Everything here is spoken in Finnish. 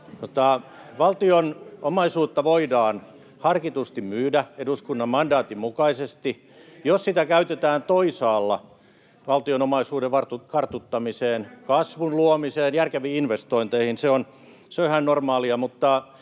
Valtion omaisuutta voidaan harkitusti myydä eduskunnan mandaatin mukaisesti, jos sitä käytetään toisaalla valtion omaisuuden kartuttamiseen, [Antti Kurvinen: Myydäänkö lentokenttiä?] kasvun luomiseen,